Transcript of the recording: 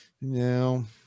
No